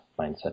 mindset